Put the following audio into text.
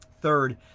Third